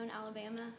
Alabama